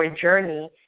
journey